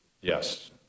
Yes